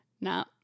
no